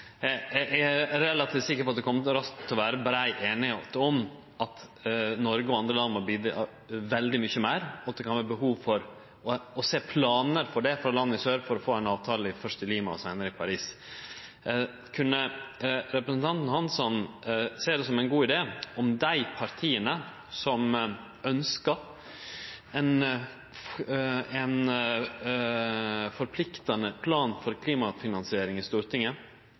Eg er relativt sikker på at det raskt kjem til å vere brei einigheit om at Noreg og andre land må bidra med veldig mykje meir, og at det kan vere behov for å sjå planar for det for land i sør, for å få ein avtale – først i Lima og seinare i Paris. Kunne representanten Hansson sjå det som ein god idé om dei partia i Stortinget som ønskjer ein forpliktande plan for klimafinansiering,